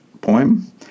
poem